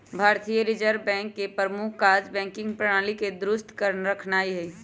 भारतीय reserve bank के प्रमुख काज़ बैंकिंग प्रणाली के दुरुस्त रखनाइ हइ